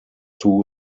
two